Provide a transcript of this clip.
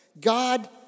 God